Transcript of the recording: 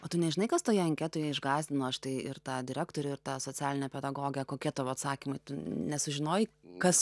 o tu nežinai kas toje anketoje išgąsdino štai ir tą direktorių ir tą socialinę pedagogę kokia tavo atsakymai nesužinojai kas